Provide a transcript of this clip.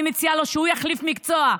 אני מציעה לו שהוא יחליף מקצוע,